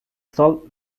salt